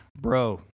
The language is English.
Bro